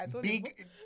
Big